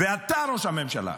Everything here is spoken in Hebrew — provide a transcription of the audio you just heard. ואתה, ראש הממשלה,